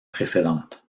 précédente